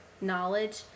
knowledge